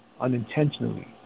Unintentionally